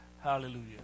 Hallelujah